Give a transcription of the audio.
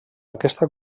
aquesta